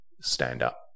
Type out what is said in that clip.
stand-up